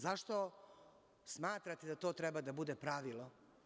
Zašto smatrate da to treba da bude pravilo?